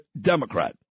Democrat